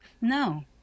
No